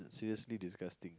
seriously disgusting